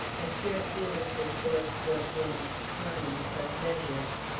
but here felix's voice broke in, kind, but measured